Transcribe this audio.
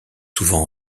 souvent